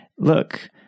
Look